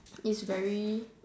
it's very